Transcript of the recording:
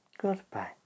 Goodbye